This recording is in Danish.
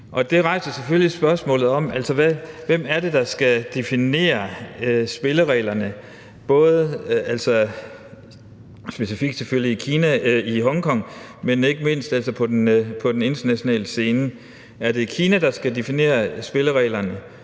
Det rejser selvfølgelig et spørgsmål om, hvem det er, der skal definere spillereglerne, selvfølgelig specifikt i Kina og i Hongkong, men ikke mindst på den internationale scene. Er det Kina, der skal definere spillereglerne